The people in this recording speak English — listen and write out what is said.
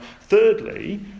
Thirdly